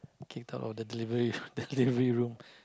kicked out of the delivery the delivery room